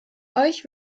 euch